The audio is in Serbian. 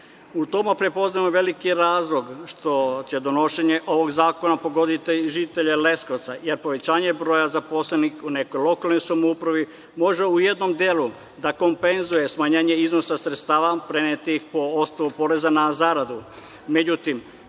tome prepoznajemo veliki razlog što će donošenje ovog zakona pogoditi i žitelje Leskovca jer povećanje broja zaposlenih u nekoj lokalnoj samoupravi može u jednom delu da kompenzuje smanjenje iznosa sredstava prenetih po osnovu poreza na zaradu.